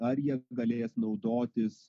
ar jie galės naudotis